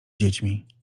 dziećmi